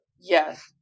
yes